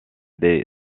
des